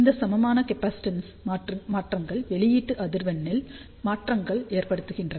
இந்த சமமான கேப்பாசிட்டன்ஸ் மாற்றங்கள் வெளியீட்டு அதிர்வெண்ணில் மாற்றங்களை ஏற்படுத்துகின்றன